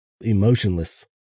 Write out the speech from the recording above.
emotionless